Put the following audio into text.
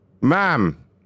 ma'am